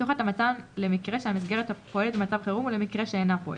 תוך התאמתן למקרה שהמסגרת פועלת במצב החירום ולמקרה שאינה פועלת: